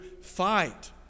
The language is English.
fight